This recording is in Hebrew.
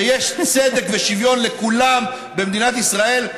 שיש צדק ושוויון לכולם במדינת ישראל,